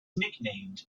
nicknamed